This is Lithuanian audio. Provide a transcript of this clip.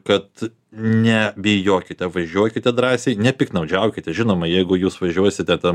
kad ne bijokite važiuokite drąsiai nepiktnaudžiaukite žinoma jeigu jūs važiuosite ten